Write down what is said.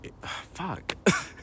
Fuck